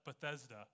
Bethesda